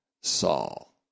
Saul